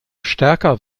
stärker